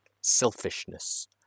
selfishness